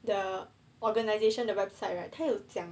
the organisation the website right 他有讲